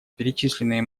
перечисленные